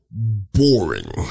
Boring